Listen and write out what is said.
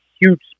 huge